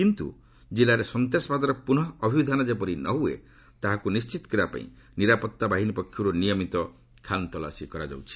କିନ୍ତୁ ଜିଲ୍ଲାରେ ସନ୍ତାସବାଦର ପୁନଃ ଅଭ୍ୟୁଧାନ ଯେପରି ନ ହୁଏ ତାହାକୁ ନିଶ୍ଚିତ କରିବା ପାଇଁ ନିରାପତ୍ତା ବାହିନୀ ପକ୍ଷରୁ ନିୟମିତ ଖାନତଲାସୀ କରାଯାଉଛି